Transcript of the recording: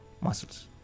muscles